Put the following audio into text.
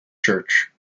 church